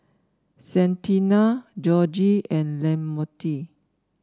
Santina Georgie and Lamonte